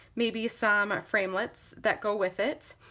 maybe some framelits that go with it,